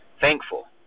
thankful